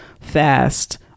fast